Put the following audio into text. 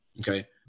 Okay